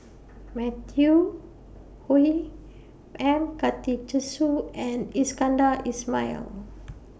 Matthew Ngui M Karthigesu and Iskandar Ismail